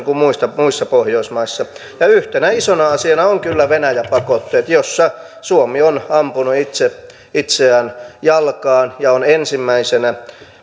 kuin muissa muissa pohjoismaissa ja yhtenä isona asiana on kyllä venäjä pakotteet joissa suomi on ampunut itse itseään jalkaan ja on ensimmäisenä